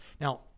Now